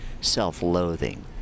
self-loathing